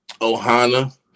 Ohana